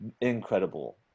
incredible